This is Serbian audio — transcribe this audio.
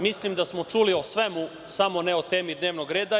Mislim da smo čuli o svemu, samo ne o temi dnevnog reda.